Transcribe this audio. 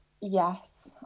Yes